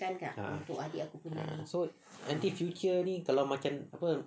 ah so nanti Q cure ni kalau macam apa